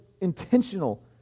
intentional